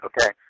okay